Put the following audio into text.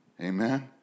Amen